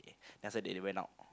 that's why they didn't went out